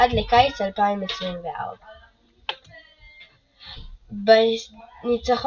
עד לקיץ 2024. ב-4